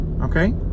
Okay